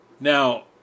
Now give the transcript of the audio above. Now